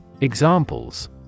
Examples